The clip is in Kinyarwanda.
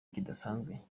kidasanzwe